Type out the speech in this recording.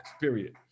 period